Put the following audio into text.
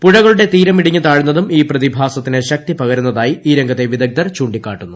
പുഴകളുടെ തീരമിടിഞ്ഞ് താഴ്ന്നതും ഈ പ്രതിഭാസത്തിന് ശക്തി പകരുന്നതായി ഈ രംഗത്തെ വിദഗ്ധർ ചുണ്ടിക്കാട്ടുന്നു